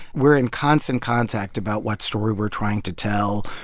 we're in constant contact about what story we're trying to tell,